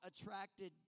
attracted